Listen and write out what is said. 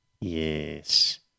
Yes